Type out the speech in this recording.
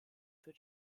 für